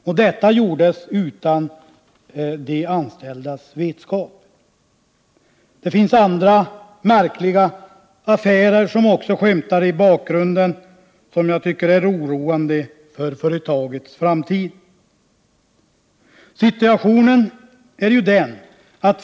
Och detta gjordes utan de anställdas vetskap. Andra märkliga affärer skymtar i bakgrunden och inger oro för företagets framtid.